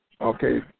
Okay